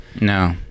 No